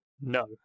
No